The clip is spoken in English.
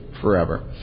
forever